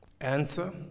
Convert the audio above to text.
Answer